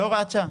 לא הוראת שעה.